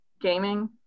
gaming